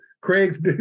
Craig's